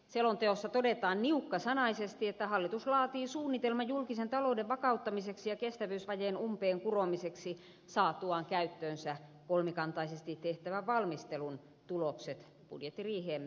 selonteossa todetaan niukkasanaisesti että hallitus laatii suunnitelman julkisen talouden vakauttamiseksi ja kestävyysvajeen umpeen kuromiseksi saatuaan käyttöönsä kolmikantaisesti tehtävän valmistelun tulokset budjettiriiheen mennessä